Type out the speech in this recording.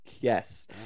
Yes